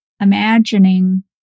imagining